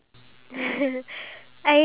why